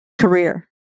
career